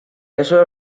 eso